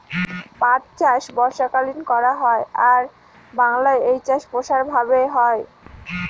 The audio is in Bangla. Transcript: পাট চাষ বর্ষাকালীন করা হয় আর বাংলায় এই চাষ প্রসার ভাবে হয়